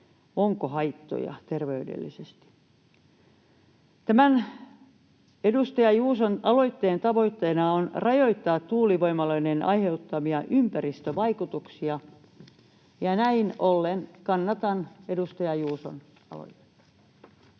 lapsipuolen asemaan. Tämän edustaja Juuson aloitteen tavoitteena on rajoittaa tuulivoimaloiden aiheuttamia ympäristövaikutuksia, ja näin ollen kannatan edustaja Juuson aloitetta.